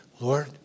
Lord